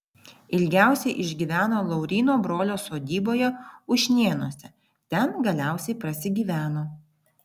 ilgiausiai išgyveno lauryno brolio sodyboje ušnėnuose ten galiausiai prasigyveno